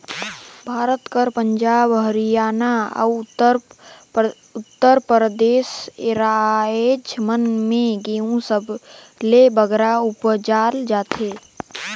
भारत कर पंजाब, हरयाना, अउ उत्तर परदेस राएज मन में गहूँ सबले बगरा उपजाल जाथे